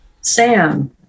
Sam